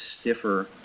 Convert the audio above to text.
stiffer